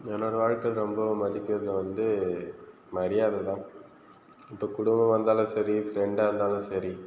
என்னோட வாழ்க்கையில் ரொம்ப மதிக்குறது வந்து மரியாதை தான் இப்போ குடும்பமாயிருந்தாலும் சரி ஃப்ரெண்டாகருந்தாலும் சரி